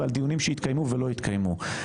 ודיונים שהתקיימו ולא התקיימו.